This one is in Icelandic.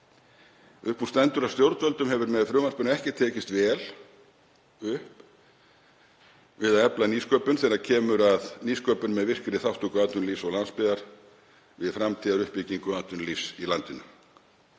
Upp úr stendur að stjórnvöldum hefur með frumvarpinu ekki tekist vel upp við að efla nýsköpun þegar kemur að nýsköpun með virkri þátttöku atvinnulífs og landsbyggðar við framtíðaruppbyggingu atvinnulífs í landinu.